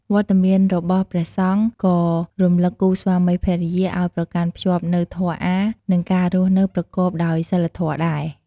វត្តមានរបស់ព្រះសង្ឃក៏រំលឹកគូស្វាមីភរិយាឲ្យប្រកាន់ខ្ជាប់នូវធម៌អាថ៌ និងការរស់នៅប្រកបដោយសីលធម៌ដែរ។